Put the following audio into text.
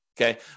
Okay